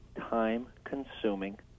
time-consuming